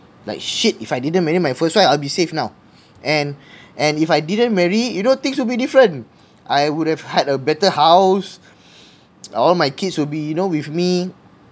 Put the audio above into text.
like shit if I didn't marry my first time I'll be safe now and and if I didn't marry you know things will be different I would have had a better house all my kids will be you know with me